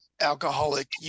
alcoholic